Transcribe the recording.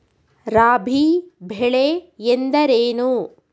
ರಾಬಿ ಬೆಳೆ ಎಂದರೇನು?